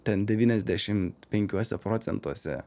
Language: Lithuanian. ten devyniasdešim penkiuose procentuose